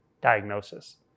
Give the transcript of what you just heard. diagnosis